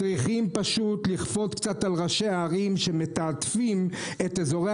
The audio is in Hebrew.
צריכים פשוט לכפות קצת על ראשי הערים שמתעדפים את אזורי